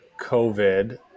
COVID